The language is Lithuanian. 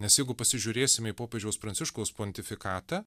nes jeigu pasižiūrėsime į popiežiaus pranciškaus pontifikatą